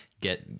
get